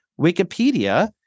Wikipedia